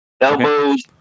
elbows